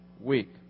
week